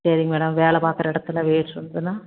சேரிங்க மேடம் வேலை பார்க்கற இடத்தில் வீடு இருந்ததுனா